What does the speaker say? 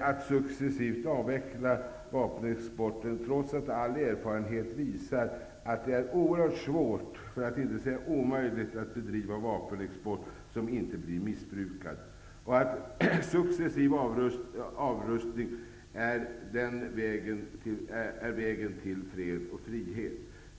att successivt avveckla vapenexporten, trots att all erfarenhet visar att det är oerhört svårt för att inte säga omöjligt att bedriva vapenexport utan att den blir missbrukad och att successiv avrustning är vägen till fred och frihet.